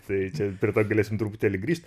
tai čia prie to galėsim truputėlį grįžt